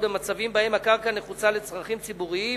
במצבים שבהם הקרקע נחוצה לצרכים ציבוריים